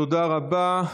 תודה רבה.